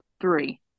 three